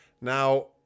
Now